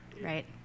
Right